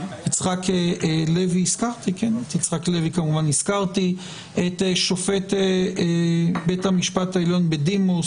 אני מבקש לברך את שופט בית המשפט העליון בדימוס,